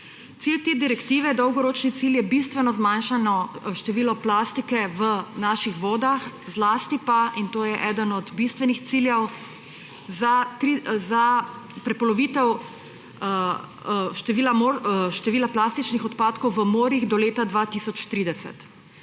cilj te direktive je bistveno zmanjšanje števila plastike v naših vodah, zlasti pa – in to je eden od bistvenih ciljev – za prepolovitev števila plastičnih odpadkov v morjih do leta 2030.